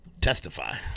Testify